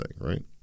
right